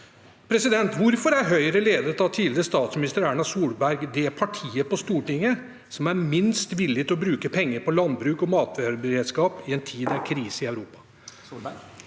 bonden. Hvorfor er Høyre, ledet av tidligere statsminister Erna Solberg, det partiet på Stortinget som er minst villig til å bruke penger på landbruk og matberedskap i en tid med krise i Europa?